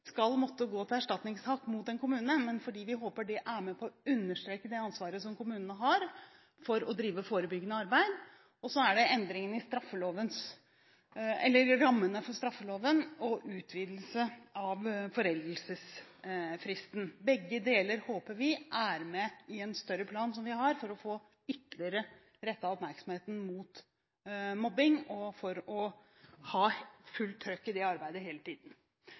skal måtte gå til erstatningssak mot en kommune, men fordi vi håper det er med på å understreke det ansvaret som kommunene har for å drive forebyggende arbeid. Så er det endringene i rammene for straffeloven og utvidelse av foreldelsesfristen. Begge deler er med i en større plan som vi har for ytterligere, håper vi, å få rettet oppmerksomheten mot mobbing, og for å ha fullt «trøkk» i det arbeidet hele tiden.